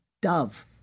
dove